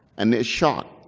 and they're shocked,